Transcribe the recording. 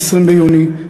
20 ביוני,